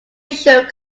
shook